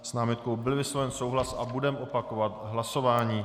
S námitkou byl vysloven souhlas a budeme opakovat hlasování.